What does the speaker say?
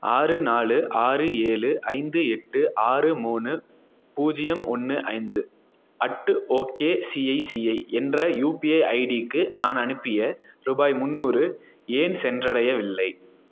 ஆறு நாலு ஆறு ஏழு ஐந்து எட்டு ஆறு மூணு பூஜ்யம் ஒன்று அஞ்சி அட்டு ஓகேசிஐசிஐ என்ற யுபிஐ ஐடிக்கு நான் அனுப்பிய ரூபாய் முந்நூறு ஏன் சென்றடையவில்லை